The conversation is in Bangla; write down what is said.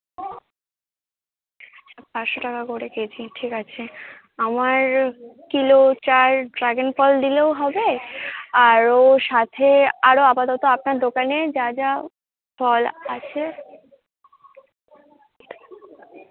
পাঁচশো টাকা করে কেজি ঠিক আছে আমার কিলো চার ড্রাগন ফল দিলেও হবে আরো সাথে আরো আপাতত আপনার দোকানে যা যা ফল আছে